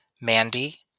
Mandy